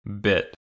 Bit